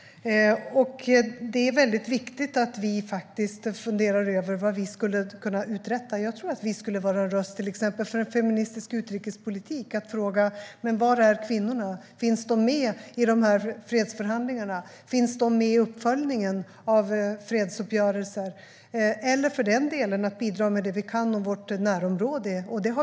Det är väldigt viktigt att vi funderar över vad vi skulle kunna uträtta. Jag tror att vi skulle vara en röst för till exempel en feministisk utrikespolitik, där man frågar: Var är kvinnorna? Finns de med i fredsförhandlingarna? Finns de med i uppföljningen av fredsuppgörelser? Vi kan för den delen också bidra med vad vi kan om vårt närområde.